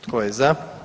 Tko je za?